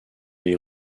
les